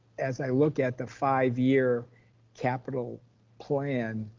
as i look at the five year capital plan,